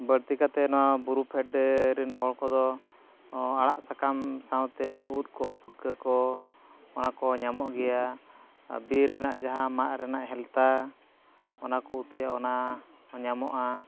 ᱵᱟᱹᱲᱛᱤ ᱠᱟᱛᱮᱫ ᱱᱚᱣᱟ ᱵᱩᱨᱩ ᱯᱷᱮᱰ ᱨᱮᱱ ᱦᱚᱲ ᱠᱚᱫᱚ ᱟᱲᱟᱜ ᱥᱟᱠᱟᱢ ᱥᱟᱶᱛᱮ ᱩᱫ ᱠᱚ ᱯᱩᱴᱠᱟᱹ ᱠᱚ ᱚᱱᱟ ᱠᱚ ᱧᱟᱢᱚᱜ ᱜᱮᱭᱟ ᱟᱫᱚ ᱵᱤᱨ ᱨᱮᱱᱟᱜ ᱡᱟᱦᱟᱸ ᱢᱟᱸᱫ ᱨᱮᱱᱟᱜ ᱦᱮᱞᱛᱟ ᱚᱱᱟᱠᱚ ᱩᱛᱩᱭᱟ ᱚᱱᱟᱦᱚᱸ ᱧᱟᱢᱚᱜᱼᱟ